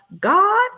God